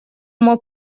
ماه